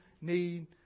need